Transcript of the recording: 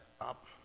up